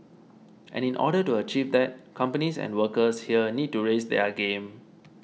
and in order to achieve that companies and workers here need to raise their game